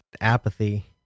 apathy